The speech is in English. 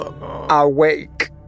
awake